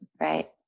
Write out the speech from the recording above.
right